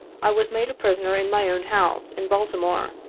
i was made prisoner in my own house, in baltimore,